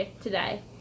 today